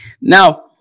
now